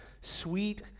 sweet